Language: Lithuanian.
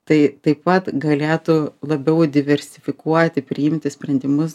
tai taip pat galėtų labiau diversifikuoti priimti sprendimus